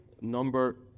number